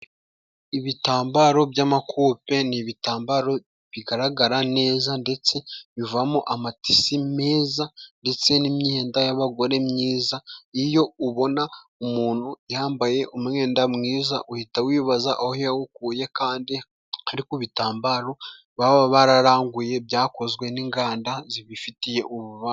Ibitambaro by'amakupe ni ibitambaro bigaragara neza, ndetse bivamo amatisi meza, ndetse n'imyenda y'abagore myiza. Iyo ubona umuntu yambaye umwenda mwiza uhita wibaza aho yawukuye kandi ari ku bitambaro baba bararanguye byakozwe n'inganda zibifitiye ububasha.